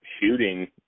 shooting